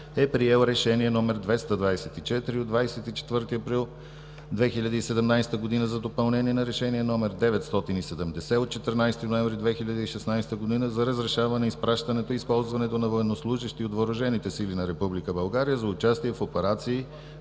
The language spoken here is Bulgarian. е приел Решение № 224 от 24 април 2017 г. за допълнение на Решение № 970 от 14 ноември 2016 г. за разрешаване изпращането и използването на военнослужещи от Въоръжените сили на Република България за участие в операции